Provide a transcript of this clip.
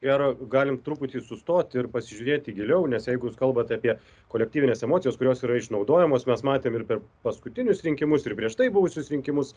gero galim truputį sustot ir pasižiūrėti giliau nes jeigu jūs kalbat apie kolektyvines emocijas kurios yra išnaudojamos mes matėm ir per paskutinius rinkimus ir prieš tai buvusius rinkimus